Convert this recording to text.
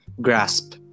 Grasp